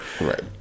Right